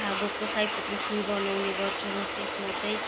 धागोको सयपत्री फुल बनाउने गर्छौँ त्यसमा चाहिँ